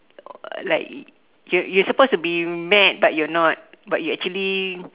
like you're you're supposed to be mad but you're not but you actually